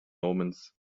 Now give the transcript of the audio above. omens